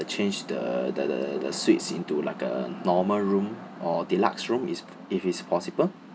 the change the the the the the suites into like a normal room or deluxe room is if it's possible